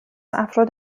افراد